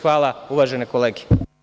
Hvala uvažene kolege.